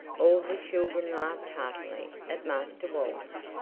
all the children laughed heartily at master woggs,